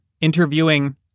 interviewing